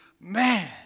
Man